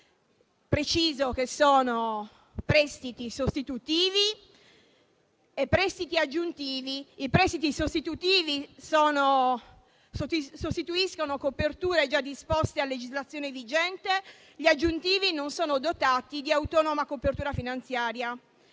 Preciso che si tratta di prestiti sostitutivi e prestiti aggiuntivi. I prestiti sostitutivi sostituiscono coperture già disposte a legislazione vigente e gli aggiuntivi non sono dotati di autonoma copertura finanziaria.